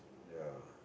ya